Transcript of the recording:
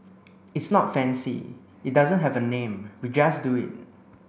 it's not fancy it doesn't have a name we just do it